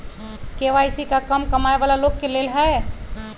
KYC का कम कमाये वाला लोग के लेल है?